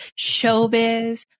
showbiz